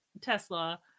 tesla